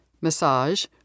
massage